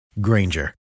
Granger